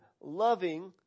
loving